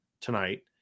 tonight